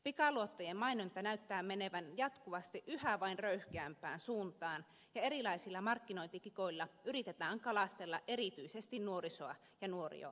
pikaluottojen mainonta näyttää menevän jatkuvasti yhä vain röyhkeämpään suuntaan ja erilaisilla markkinointikikoilla yritetään kalastella erityisesti nuorisoa ja nuoria aikuisia